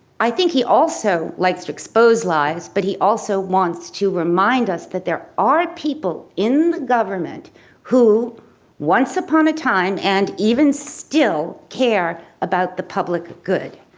i think he also likes to expose lives but he also wants to remind us that there are people in the government who once upon a time and even still care about the public of good.